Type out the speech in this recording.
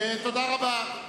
תודה רבה.